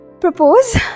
Propose